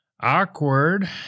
Awkward